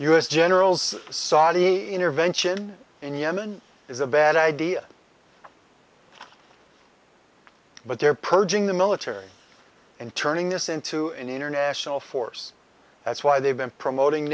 s generals saudi intervention in yemen is a bad idea but they're purging the military and turning this into an international force that's why they've been promoting